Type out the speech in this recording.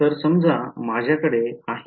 तर समजा माझ्याकडे आहे